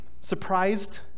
surprised